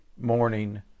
morning